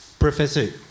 Professor